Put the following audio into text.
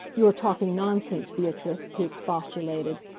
you are talking nonsense, beatrice, he expostulated.